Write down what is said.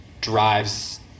drives